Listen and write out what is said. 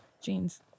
Jeans